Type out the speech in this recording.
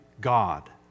God